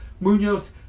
Munoz